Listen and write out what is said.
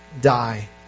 die